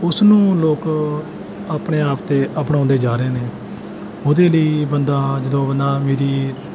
ਉਸ ਨੂੰ ਲੋਕ ਆਪਣੇ ਆਪ 'ਤੇ ਅਪਣਾਉਂਦੇ ਜਾ ਰਹੇ ਨੇ ਉਹਦੇ ਲਈ ਬੰਦਾ ਜਦੋਂ ਬੰਦਾ ਅਮੀਰੀ